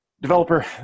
developer